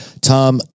Tom